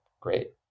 great